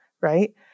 right